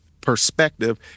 perspective